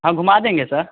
हाँ घुमा देंगे सर